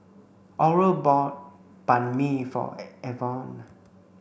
Oral bought Banh Mi for Evonne